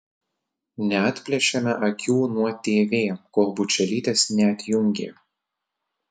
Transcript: neatplėšėme akių nuo tv kol bučelytės neatjungė